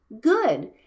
good